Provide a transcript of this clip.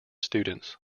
students